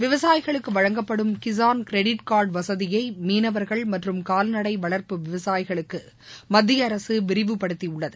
விவசாயிகளுக்கு வழங்கப்படும் Kisan credit card வசதியை மீனவர்கள் மற்றும் கால்நடை வள்ப்பு விவசாயிகளுக்கு மத்திய அரசு விரிவுபடுத்தியுள்ளது